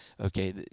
okay